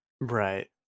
Right